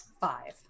Five